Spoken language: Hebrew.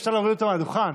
אפשר להוריד אותו מהדוכן,